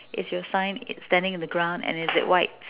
is your sign standing in the ground and is it white